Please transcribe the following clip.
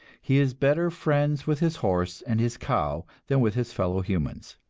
he is better friends with his horse and his cow than with his fellow humans.